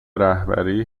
رهبری